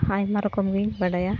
ᱟᱭᱢᱟ ᱨᱚᱠᱚᱢᱜᱮᱧ ᱵᱟᱰᱟᱭᱟ